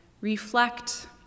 reflect